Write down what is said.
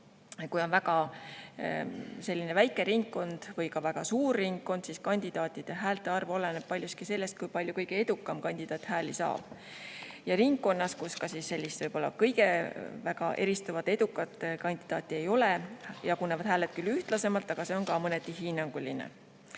Kui on väga väike ringkond või ka väga suur ringkond, siis kandidaatidele [antud] häälte arv oleneb paljuski sellest, kui palju kõige edukam kandidaat hääli saab. Ringkonnas, kus sellist kõige rohkem eristuvat, edukat kandidaati ei ole, jagunevad hääled küll ühtlasemalt, aga see on ka mõneti hinnanguline.